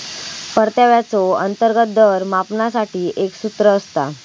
परताव्याचो अंतर्गत दर मापनासाठी एक सूत्र असता